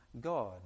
God